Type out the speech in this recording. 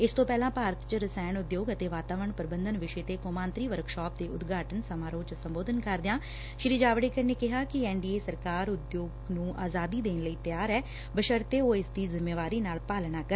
ਇਸ ਤੋ ਪਹਿਲਾਂ ਭਾਰਤ ਚ ਰਸਾਇਣ ਉਦਯੋਗ ਅਤੇ ਵਾਤਾਵਰਣ ਪੁਬੰਧਨ ਵਿਸ਼ੇ ਤੇ ਕੌਮਾਂਤਰੀ ਵਰਕਸ਼ਾਪ ਦੇ ਉਦਘਾਟਨ ਸਮਾਰੋਹ ਚ ਸੰਬੋਧਨ ਕਰਦਿਆਂ ਸ੍ਰੀ ਜਾਵੜੇਕਰ ਨੇ ਕਿਹਾ ਕਿ ਐਨ ਡੀ ਏ ਸਰਕਾਰ ਉਦਯੋਗਾ ਨੰ ਆਜ਼ਾਦੀ ਦੇਣ ਲਈ ਤਿਆਰ ਐ ਬਸ਼ਰਤੇ ਉਹ ਇਸਦੀ ਜਿੰਮੇਵਾਰੀ ਨਾਲ ਪਾਲਣਾ ਕਰਨ